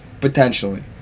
potentially